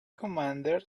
commander